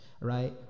right